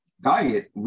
Diet